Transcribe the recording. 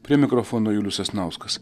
prie mikrofono julius sasnauskas